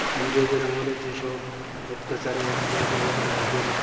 ইংরেজের আমলে যে সব অত্যাচারে অত্যাচারিত হয়েছিল তাদের